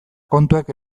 kontuek